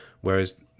whereas